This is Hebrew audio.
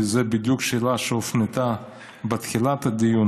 כי זאת בדיוק שאלה שהופנתה בתחילת הדיון,